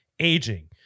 Aging